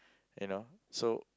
you know so